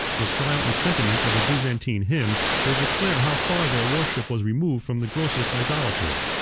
the style and sentiments of a byzantine hymn will declare how far their worship was removed from the grossest idolatry.